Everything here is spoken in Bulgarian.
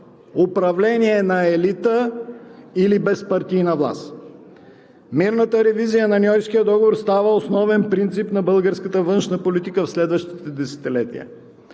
управление на елита или безпартийна власт. Мирната ревизия на Ньойския договор става основен принцип на българската външна политика в следващите десетилетия.